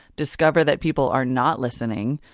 discover that people are not listening,